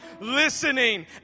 listening